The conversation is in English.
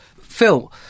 Phil